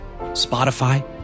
Spotify